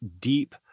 deep